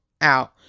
out